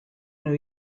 new